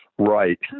Right